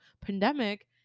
pandemic